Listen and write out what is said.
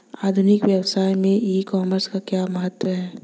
आधुनिक व्यवसाय में ई कॉमर्स का क्या महत्व है?